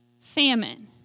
Famine